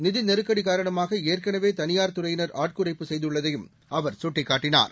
நிதி நெருக்கடி காரணமாக ஏற்கனவே தனியார் துறையினர் ஆட்குறைப்பு செய்துள்ளதையும் அவர் சுட்டிக்காட்டினார்